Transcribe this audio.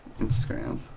Instagram